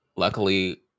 Luckily